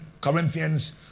Corinthians